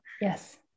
Yes